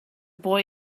boy